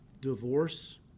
divorce